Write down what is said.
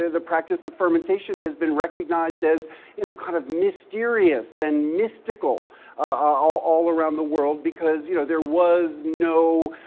the practice of fermentation has been recognized as you know kind of mysterious and mystical all all around the world because you know there was no